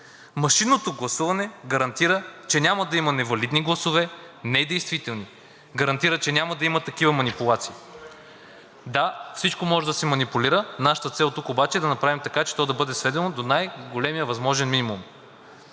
Машинното гласуване гарантира, че няма да има невалидни гласове, недействителни. Гарантира, че няма да има такива манипулации. Да, всичко може да се манипулира. Нашата цел тук обаче е да направим така, че то да бъде сведено до най-големия възможен минимум.